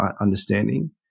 understanding